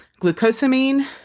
Glucosamine